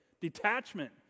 Detachment